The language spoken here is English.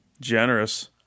generous